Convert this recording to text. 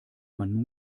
man